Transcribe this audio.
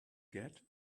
get